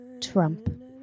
Trump